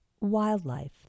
Wildlife